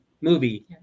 movie